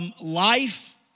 life